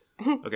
Okay